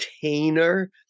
container